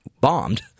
bombed